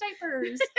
diapers